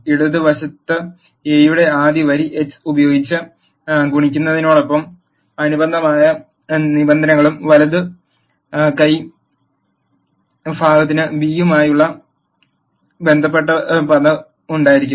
ഇടത് വശത്ത് എ യുടെ ആദ്യ വരി x ഉപയോഗിച്ച് ഗുണിക്കുന്നതിനോട് അനുബന്ധമായ നിബന്ധനകളും വലതു കൈ ഭാഗത്തിന് ബി യുമായി ബന്ധപ്പെട്ട പദം ഉണ്ടായിരിക്കും